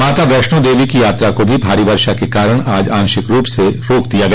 माता वैष्णो देवी की यात्रा को भी भारी वर्षा के कारण आज आंशिक रूप से रोक दिया गया